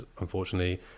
unfortunately